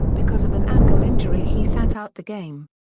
because of an ankle injury he sat out the game.